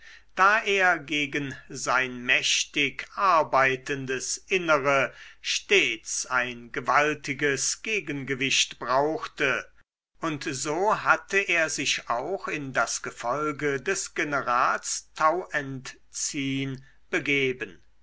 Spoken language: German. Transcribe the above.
da er gegen sein mächtig arbeitendes innere stets ein gewaltiges gegengewicht brauchte und so hatte er sich auch in das gefolge des generals tauentzien begeben